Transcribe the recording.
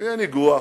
יהיה ניגוח,